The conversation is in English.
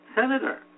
senator